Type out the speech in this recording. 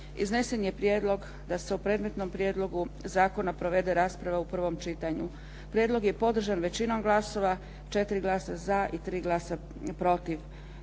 iznesen je prijedlog da se o predmetnom prijedlogu zakona provede rasprava u prvom čitanju. Prijedlog je podržan većinom glasova, 4 glasa za i 3 glasa protiv